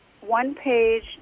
one-page